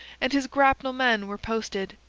and his grapnel-men were posted,